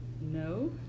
No